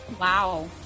wow